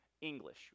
English